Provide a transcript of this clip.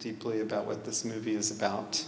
deeply about what this movie is about